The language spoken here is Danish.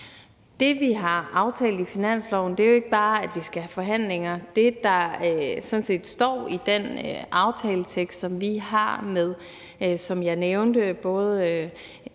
Det, vi har aftalt i finansloven, er jo ikke bare, at vi skal have forhandlinger. Det, der sådan set står i den aftaletekst, som jeg nævnte vi